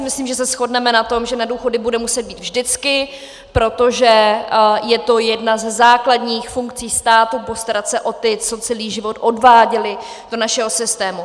Myslím, že se shodneme na tom, že na důchody bude muset být vždycky, protože je to jedna ze základních funkcí státu postarat se o ty, co celý život odváděli do našeho systému.